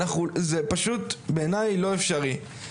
זה פשוט בעיניי לא אפשרי.